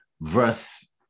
Verse